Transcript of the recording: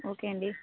okay అండి